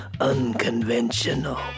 unconventional